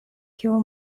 kiu